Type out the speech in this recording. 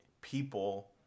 People